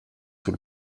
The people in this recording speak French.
sous